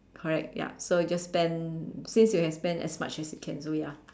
correct ya so just spend since you can spend as much as you can so ya